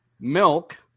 Milk